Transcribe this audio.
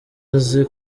azi